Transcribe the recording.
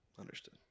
Understood